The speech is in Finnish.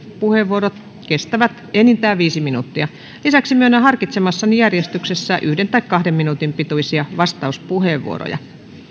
puheenvuorot kestävät enintään viisi minuuttia lisäksi myönnän harkitsemassani järjestyksessä yksi tai kahden minuutin pituisia vastauspuheenvuoroja